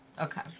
okay